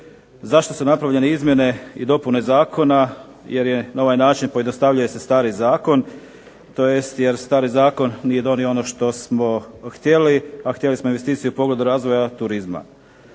Zašto su napravljene izmjene i dopune zakona? Jer je na ovaj način pojednostavljuje se stari zakon tj. jer stari zakon nije donio ono što smo htjeli, a htjeli smo investicije u povodu razvoja turizma.